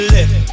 Left